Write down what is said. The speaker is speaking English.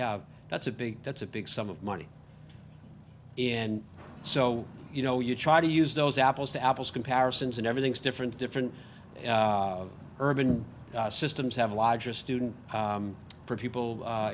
have that's a big that's a big sum of money and so you know you try to use those apples to apples comparisons and everything's different different urban systems have a larger student for people